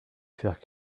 faire